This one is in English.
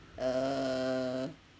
err